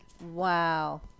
Wow